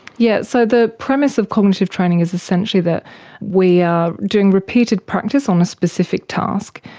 yes, so the premise of cognitive training is essentially that we are doing repeated practice on a specific task,